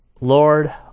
Lord